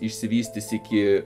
išsivystys iki